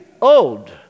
old